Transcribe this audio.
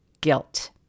Guilt